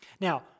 Now